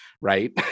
right